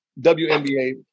WNBA